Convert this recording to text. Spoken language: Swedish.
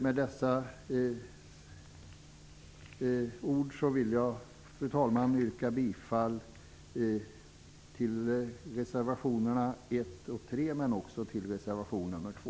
Med dessa ord vill jag, fru talman, yrka bifall till reservationerna nr 1 och 3, men också till reservation nr 2.